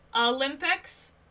Olympics